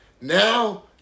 now